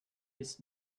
ist